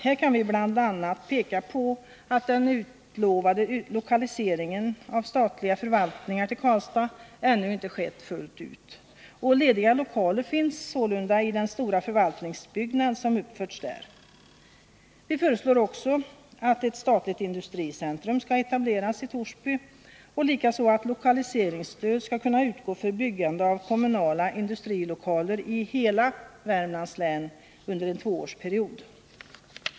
Här kan vi t.ex. peka på att den utlovade lokaliseringen av statliga förvaltningar till Karlstad ännu inte skett fullt ut. Lediga lokaler finns sålunda i den stora förvaltningsbyggnad som uppförts där. Vi föreslår också att ett statligt industricentrum skall etableras i Torsby och likaså att lokaliseringsstöd skall kunna utgå för byggande av kommunala industrilokaler i hela Värmlands län under en tvåårsperiod.